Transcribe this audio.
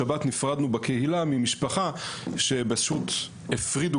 השבת נפרדנו בקהילה ממשפחה שפשוט הפרידו